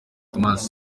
thomas